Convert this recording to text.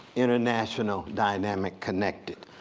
international dynamic connected.